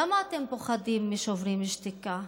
למה אתם פוחדים משוברים שתיקה?